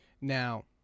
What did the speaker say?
Now